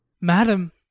Madam